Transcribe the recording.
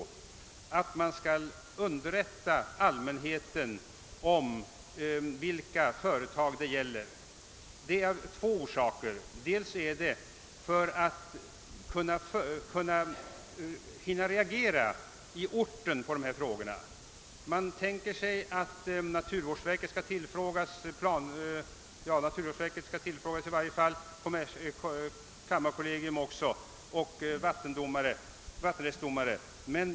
Man bör också underrätta allmänheten om vilka företag som berörs, först och främst för att man i orten skall hinna reagera. Man tänker sig att i varje fall naturvårdsverket skall tillfrågas och även kammarkollegiet och vattenrättsdomare.